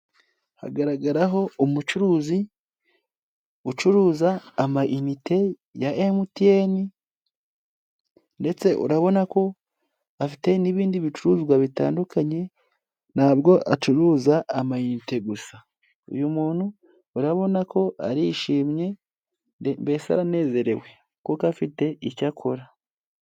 Hagaragaraho umucuruzi ucuruza amayite ya MTN, ndetse urabona ko afite n'ibindi bicuruzwa bitandukanye, ntabwo acuruza amayinite gusa, uyu muntu urabona ko arishimye mbese aranezerewe, kuko afite icyo akora.